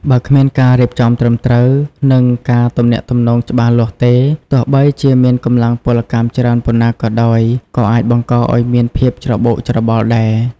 បើគ្មានការរៀបចំត្រឹមត្រូវ និងការទំនាក់ទំនងច្បាស់លាស់ទេ ទោះបីជាមានកម្លាំងពលកម្មច្រើនប៉ុណ្ណាក៏ដោយ ក៏អាចបង្កឱ្យមានភាពច្របូកច្របល់ដែរ។